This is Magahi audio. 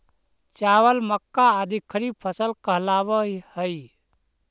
चावल, मक्का आदि खरीफ फसल कहलावऽ हइ